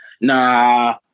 Nah